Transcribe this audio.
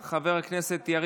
חבר הכנסת דסטה גדי יברקן,